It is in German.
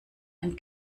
ein